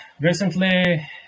recently